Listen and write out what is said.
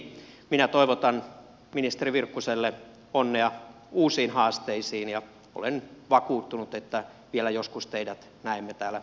minä toivotan ministeri virkkuselle onnea uusiin haasteisiin ja olen vakuuttunut että vielä joskus teidät näemme täällä ministeriaitiossa